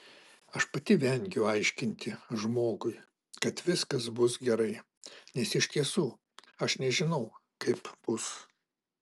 aš pati vengiu aiškinti žmogui kad viskas bus gerai nes iš tiesų aš nežinau kaip bus